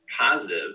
positive